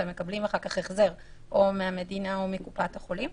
ומקבלים אחר כך החזר או מהמדינה או מקופת החולים.